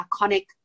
iconic